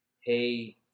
hey